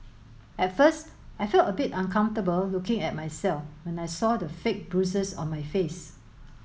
at first I felt a bit uncomfortable looking at myself when I saw the fake bruises on my face